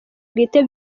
bwite